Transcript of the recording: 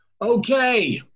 Okay